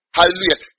Hallelujah